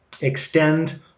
extend